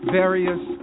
various